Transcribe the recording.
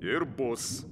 ir bus